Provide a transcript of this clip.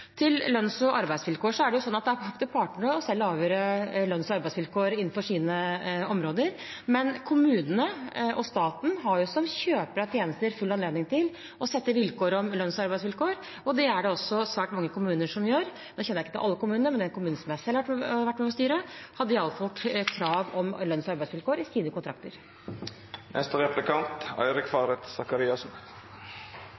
Til lønns- og arbeidsvilkår: Det er slik at det er opp til partene selv å avgjøre lønns- og arbeidsvilkår innenfor sine områder, men kommunene og staten har jo som kjøpere av tjenester full anledning til å sette lønns- og arbeidsvilkår, og det er det også svært mange kommuner som gjør. Nå kjenner jeg ikke til alle kommunene, men den kommunen som jeg selv har vært med på å styre, hadde i alle fall krav om lønns- og arbeidsvilkår i sine kontrakter.